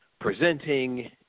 presenting